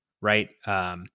right